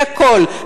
זה הכול,